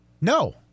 No